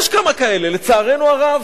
יש כמה כאלה, לצערנו הרב.